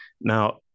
Now